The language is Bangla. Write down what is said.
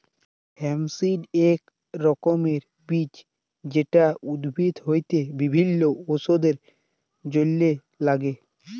হেম্প সিড এক রকমের বীজ যেটা উদ্ভিদ হইতে বিভিল্য ওষুধের জলহে লাগ্যে